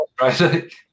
right